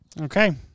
Okay